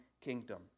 kingdom